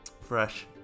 fresh